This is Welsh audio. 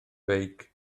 beic